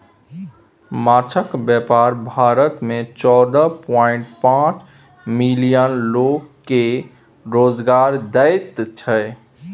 माछक बेपार भारत मे चौदह पांइट पाँच मिलियन लोक केँ रोजगार दैत छै